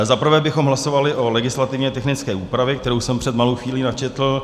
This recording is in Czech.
Zaprvé bychom hlasovali o legislativně technické úpravě, kterou jsem před malou chvílí načetl.